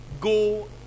Go